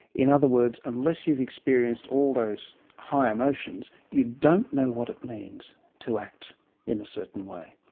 in other words, unless you've experienced all those high emotions you don't know what it means to act in a certain way.